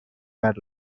bad